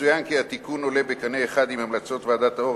יצוין כי התיקון עולה בקנה אחד עם המלצות ועדת-אור